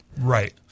Right